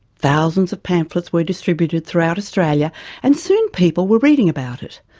thousands of pamphlets were distributed throughout australia and soon people were reading about it.